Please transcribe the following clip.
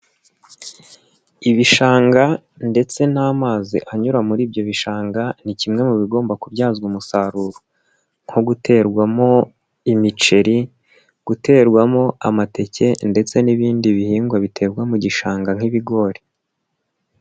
Ibishanga ndetse n'amazi anyura muri ibyo bishanga ni kimwe mu bigomba kubyazwa umusaruro, nko guterwamo imiceri, guterwamo amateke ndetse n'ibindi bihingwa biterwa mu gishanga nk'ibigori.